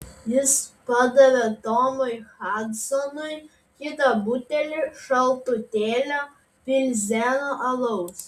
jis padavė tomui hadsonui kitą butelį šaltutėlio pilzeno alaus